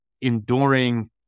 enduring